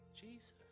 jesus